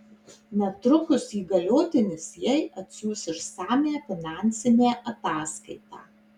netrukus įgaliotinis jai atsiųs išsamią finansinę ataskaitą